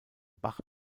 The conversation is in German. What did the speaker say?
bach